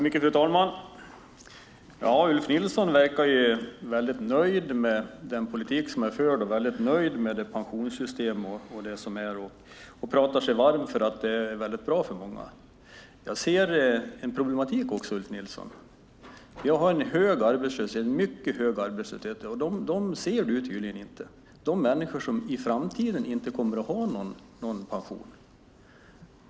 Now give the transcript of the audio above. Fru talman! Ulf Nilsson verkar väldigt nöjd med den politik som förs och det pensionssystem som finns. Han pratar sig varm för att det är väldigt bra för många. Jag ser även en problematik, Ulf Nilsson. Vi har en mycket hög arbetslöshet, och dessa människor ser du tydligen inte. Det är de som i framtiden inte kommer att ha någon pension.